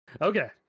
Okay